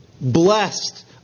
blessed